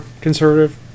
conservative